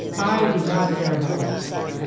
i do not care about losses.